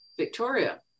Victoria